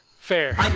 Fair